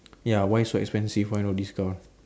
ya why so expensive why no discount